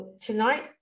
Tonight